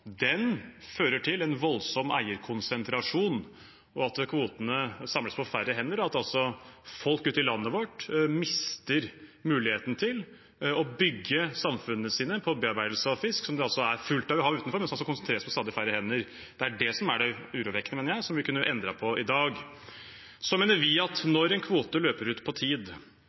fører til en voldsom eierkonsentrasjon, at kvotene samles på færre hender, og at folk ute i landet vårt mister muligheten til å bygge samfunnene sine på bearbeidelse av fisk, som det er fullt av i havet utenfor, men som konsentreres på stadig færre hender. Det er det som er det urovekkende, mener jeg, som vi kunne endret på i dag. Så mener vi at når en kvote løper ut på tid,